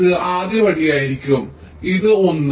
ഇത് ആദ്യപടിയായിരിക്കും ഇത് 1